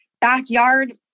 backyard